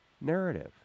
narrative